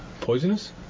poisonous